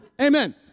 Amen